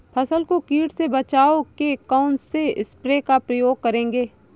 फसल को कीट से बचाव के कौनसे स्प्रे का प्रयोग करें?